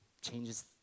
changes